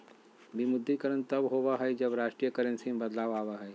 विमुद्रीकरण तब होबा हइ, जब राष्ट्रीय करेंसी में बदलाव आबा हइ